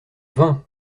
vin